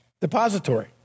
depository